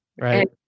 Right